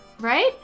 right